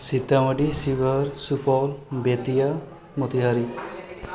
Sitamarhi Sheohar Supaul Bettiah Motihari